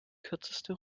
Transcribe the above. kürzeste